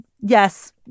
Yes